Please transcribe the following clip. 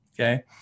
okay